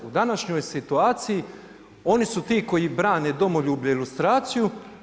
U današnjoj situaciji oni su ti koji brane domoljublje i lustraciju.